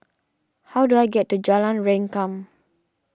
how do I get to Jalan Rengkam